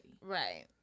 Right